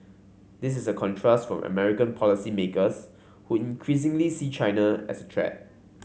this is a contrast from American policymakers who increasingly see China as a threat